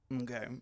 Okay